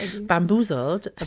Bamboozled